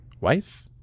wife